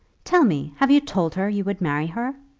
tell me have you told her you would marry her?